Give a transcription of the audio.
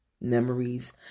memories